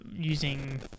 using